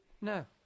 no